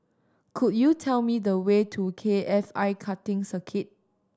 could you tell me the way to K F I Karting Circuit